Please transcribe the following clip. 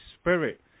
Spirit